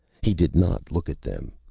he did not look at them.